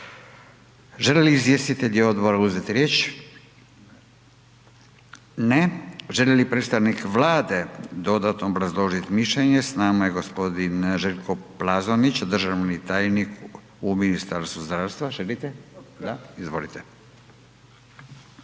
Žele li izvjestitelji odbora uzeti riječ? Ne. Želi li predstavnik Vlade dodatno obrazložiti mišljenje? S nama je gospodin Željko Plazonić državni tajnik u Ministarstvu zdravstva, želite? Da. Izvolite.